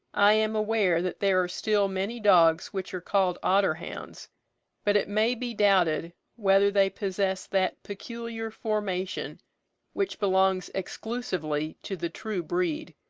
i am aware that there are still many dogs which are called otter-hounds but it may be doubted whether they possess that peculiar formation which belongs exclusively to the true breed.